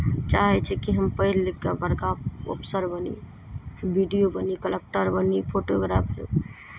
चाहै छै कि हम पढ़ि लिखि कऽ बड़का ऑफिसर बनी बी डी ओ बनी कलेक्टर बनी फोटोग्राफर